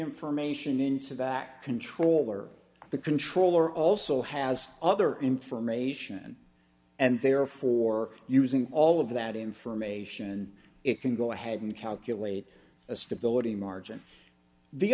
information into back control or the controller also has other information and therefore using all of that information it can go ahead and calculate a stability margin the